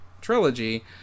trilogy